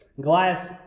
Goliath